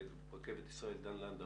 רכבת ישראל דן לנדאו